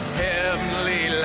heavenly